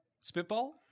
spitball